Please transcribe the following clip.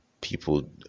people